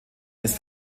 ist